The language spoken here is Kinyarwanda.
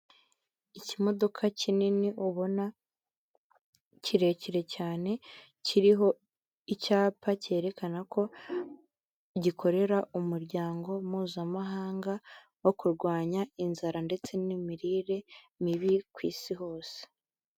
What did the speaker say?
Ikimodoka kinini ubona kirekire cyane, kiriho icyapa cyerekana ko gikorera umuryango mpuzamahanga wo kurwanya inzara ndetse n'imirire mibi ku isi hose.